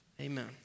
Amen